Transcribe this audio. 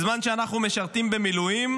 בזמן שאנחנו משרתים במילואים,